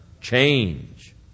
Change